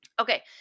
Okay